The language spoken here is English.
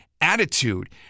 attitude